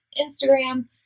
Instagram